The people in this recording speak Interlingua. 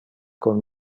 con